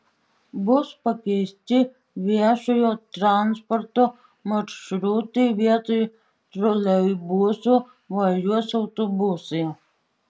bus pakeisti viešojo transporto maršrutai vietoj troleibusų važiuos autobusai